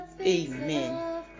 amen